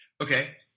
Okay